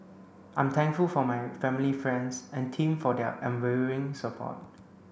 I'm thankful for my family friends and team for their unwavering support